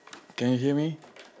can you hear me